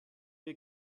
wir